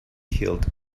killed